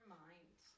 mind